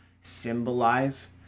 symbolize